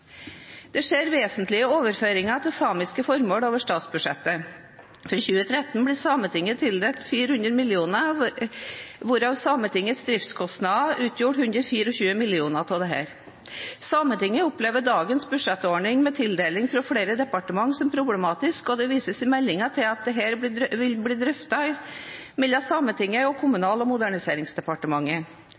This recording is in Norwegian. Det skjer vesentlige overføringer til samiske formål over statsbudsjettet. For 2013 ble Sametinget tildelt 400 mill. kr, hvorav Sametingets driftskostnader utgjorde 124 mill. kr. Sametinget opplever dagens budsjettordning med tildeling fra flere departement som problematisk, og det vises i meldingen til at dette vil bli drøftet mellom Sametinget og Kommunal- og moderniseringsdepartementet.